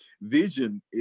vision